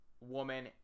woman